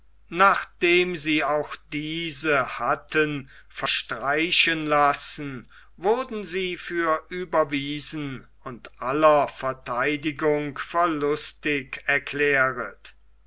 nachdem sie auch diese hatten verstreichen lassen wurden sie für überwiesen und aller vertheidigung verlustig erklärt